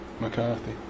McCarthy